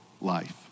life